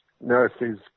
nurses